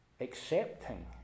accepting